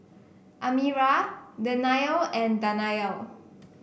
Amirah Danial and Danial